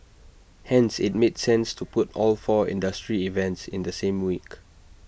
hence IT made sense to put all four industry events in the same week